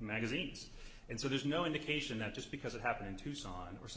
magazines and so there's no indication that just because it happened in tucson or some